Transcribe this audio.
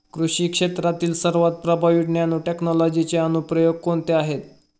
कृषी क्षेत्रातील सर्वात प्रभावी नॅनोटेक्नॉलॉजीचे अनुप्रयोग कोणते आहेत?